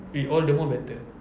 eh all the more better